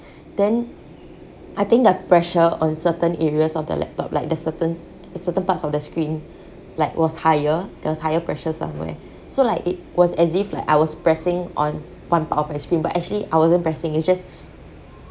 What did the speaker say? then I think the pressure on certain areas of the laptop like the certain certain parts of the screen like was higher there was higher pressure somewhere so like it was as if like I was pressing on one part of the screen but actually I wasn't pressing it's just